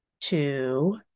two